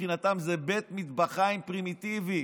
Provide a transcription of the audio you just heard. מבחינתם זה בית מטבחיים פרימיטיבי.